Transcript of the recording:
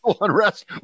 unrest